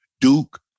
Duke